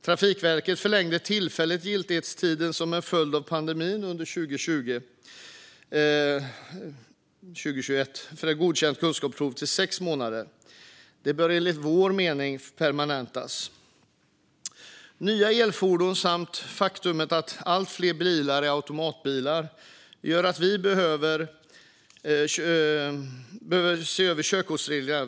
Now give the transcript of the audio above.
Som en följd av pandemin förlängde Trafikverket tillfälligt giltighetstiden under 2020 för ett godkänt kunskapsprov till sex månader. Det bör enligt vår mening permanentas. Nya elfordon samt faktumet att allt fler bilar är automatbilar gör att vi behöver se över körkortsreglerna.